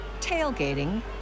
tailgating